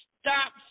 stop